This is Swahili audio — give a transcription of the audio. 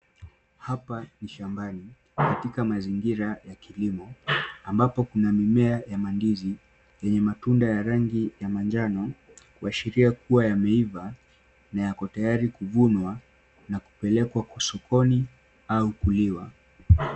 Hapa ni shambani katika mazingira ya kilimo ambapo kuna mimea ya mandizi yenye matunda ya rangi ya manjano kuashiria kuwa yameiva na yako tayari kuvunwa na kupelekwa sokoni au kuliwa.